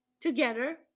together